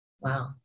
Wow